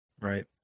Right